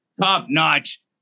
top-notch